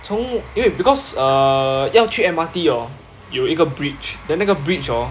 从因为 because err 要去 M_R_T orh 有一个 bridge then 那个 bridge orh